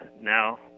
now